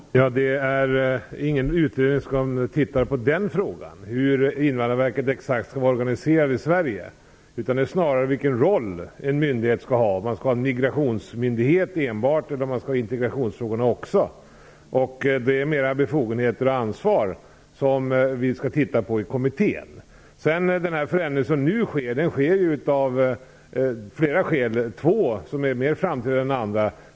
Herr talman! Det finns ingen utredning som utreder exakt hur Invandrarverket skall vara organiserat i Sverige. Den utreder snarare vilken roll en myndighet skall ha - om den skall vara enbart en migrationsmyndighet eller om den också skall ha hand om integrationsfrågorna. Det är snarare befogenheter och ansvar som kommittén skall titta på. Den förändring som nu sker genomförs av flera skäl. Två är mer framträdande än andra.